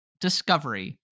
discovery